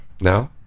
No